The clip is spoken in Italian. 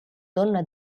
donna